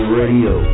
radio